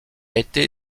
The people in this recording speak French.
été